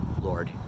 Lord